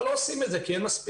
אבל, לא עושים את זה כי אין מספיק.